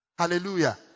Hallelujah